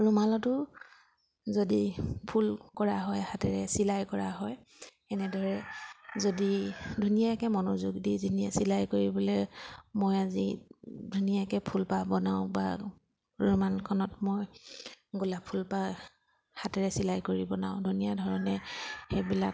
ৰুমালতো যদি ফুল কৰা হয় হাতেৰে চিলাই কৰা হয় এনেদৰে যদি ধুনীয়াকৈ মনোযোগ দি ধুনীয়া চিলাই কৰিবলৈ মই আজি ধুনীয়াকৈ ফুলপাহ বনাওঁ বা ৰুমালখনত মই গোলাপ ফুলপাহ হাতেৰে চিলাই কৰি বনাওঁ ধুনীয়া ধৰণে সেইবিলাক